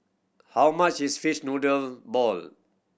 how much is fish noodle ball